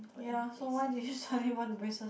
ya so why do you suddenly want braces